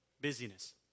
Busyness